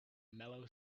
mellow